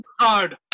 card